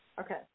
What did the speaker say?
okay